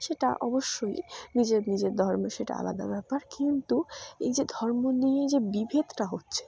সেটা অবশ্যই নিজের নিজের ধর্মে সেটা আলাদা ব্যাপার কিন্তু এই যে ধর্ম নিয়ে এই যে বিভেদটা হচ্ছে